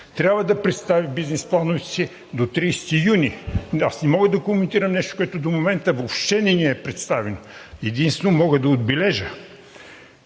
трябва да представи бизнес плановете си до 30 юни. Не мога да коментирам нещо, което до момента въобще не ни е представено. Единствено, мога да отбележа,